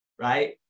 Right